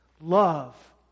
Love